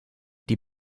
die